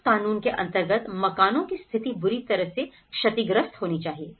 इस कानून के अंतर्गत मकानों की स्थिति बुरी तरह से क्षतिग्रस्त होनी चाहिए